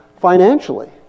financially